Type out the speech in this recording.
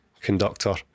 conductor